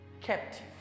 captive